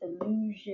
illusion